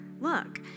Look